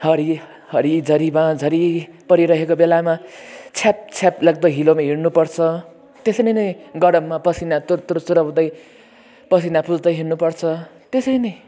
हरि हरिझरीमा झरी परिरहेको बेलामा छ्याप छ्याप लाग्दो हिलोमा हिँड्नु पर्छ त्यसरी नै गरममा पसिना तुर तुर चुहाउँदै पसिना पुछ्दै हिँड्नु पर्छ त्यसरी नै